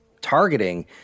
targeting